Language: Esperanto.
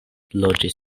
loĝis